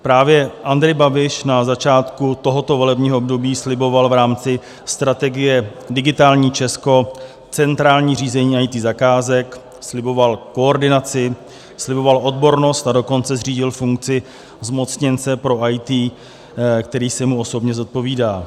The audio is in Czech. Právě Andrej Babiš na začátku tohoto volebního období sliboval v rámci strategie Digitální Česko centrální řízení IT zakázek, sliboval koordinaci, sliboval odbornost, a dokonce zřídil funkci zmocněnce pro IT, který se mu osobně zodpovídá.